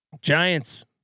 Giants